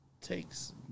takes